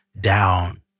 down